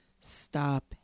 Stop